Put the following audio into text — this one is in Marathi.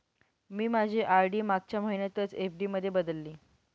मी माझी आर.डी मागच्या महिन्यातच एफ.डी मध्ये बदलली